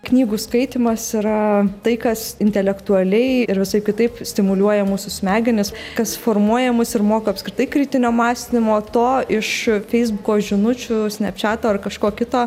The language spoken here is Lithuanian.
knygų skaitymas yra tai kas intelektualiai ir visaip kitaip stimuliuoja mūsų smegenis kas formuoja mus ir moko apskritai kritinio mąstymo to iš feisbuko žinučių snepčiato ar kažko kito